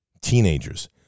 teenagers